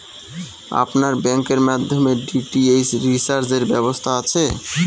আপনার ব্যাংকের মাধ্যমে ডি.টি.এইচ রিচার্জের ব্যবস্থা আছে?